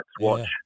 watch